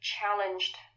challenged